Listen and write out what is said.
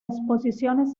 exposiciones